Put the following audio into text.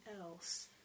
else